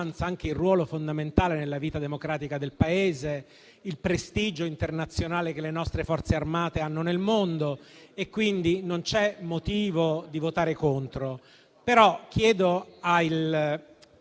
anche il ruolo fondamentale, nella vita democratica del Paese, il prestigio internazionale che le nostre Forze Armate hanno nel mondo. Quindi, non c'è motivo di votare contro. Però, chiedo ai